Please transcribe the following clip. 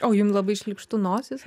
o jum labai šlykštu nosis